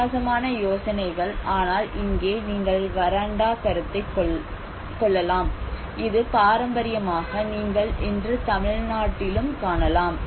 வித்தியாசமான யோசனைகள் ஆனால் இங்கே நீங்கள் வராண்டா கருத்தை காணலாம் இது பாரம்பரியமாக நீங்கள் இன்று தமிழ்நாட்டிலும் காணலாம்